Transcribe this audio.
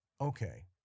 Okay